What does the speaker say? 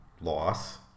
loss